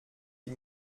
die